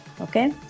Okay